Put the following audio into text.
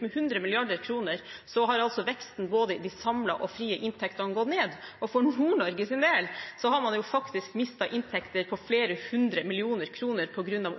med 100 mrd. kr har veksten i både de samlede og de frie inntektene gått ned. For Nord-Norges del har man faktisk mistet inntekter på flere hundre millioner kroner, på grunn av